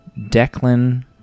Declan